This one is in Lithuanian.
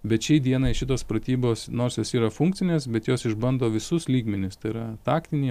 bet šiai dienai šitos pratybos nors jos yra funkcinės bet jos išbando visus lygmenis tai yra taktinį